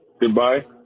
goodbye